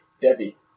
Debbie